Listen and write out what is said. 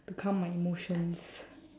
to calm my emotions